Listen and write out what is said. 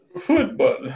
Football